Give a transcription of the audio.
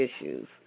Issues